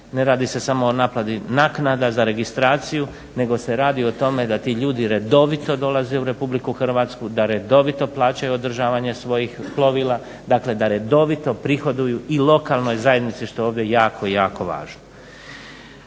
ne radi se samo o naplati naknada za registraciju nego se radi o tome da ti ljudi redovito dolaze u RH, da redovito plaćaju održavanje svojih plovila. Dakle, da redovito prihoduju i lokalnoj zajednici što je ovdje jako, jako važno.